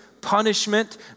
punishment